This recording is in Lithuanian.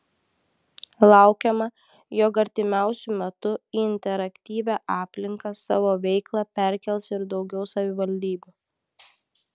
laukiama jog artimiausiu metu į interaktyvią aplinką savo veiklą perkels ir daugiau savivaldybių